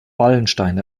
wallenstein